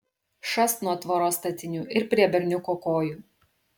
šast nuo tvoros statinių ir prie berniuko kojų